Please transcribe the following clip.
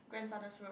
grandfather's road